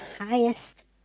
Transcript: highest